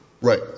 Right